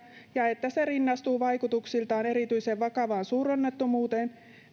ja että se rinnastuu vaikutuksiltaan erityisen vakavaan suuronnettomuuteen